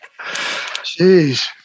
Jeez